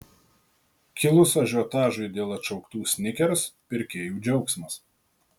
kilus ažiotažui dėl atšauktų snickers pirkėjų džiaugsmas